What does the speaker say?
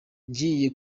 ngiye